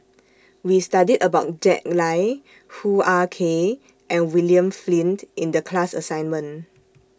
We studied about Jack Lai Hoo Ah Kay and William Flint in The class assignment